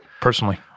personally